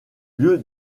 lieu